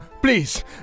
please